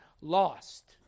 lost